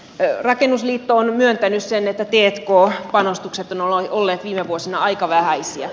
rakennusliitto on myöntänyt sen että t k panostukset ovat olleet viime vuosina aika vähäisiä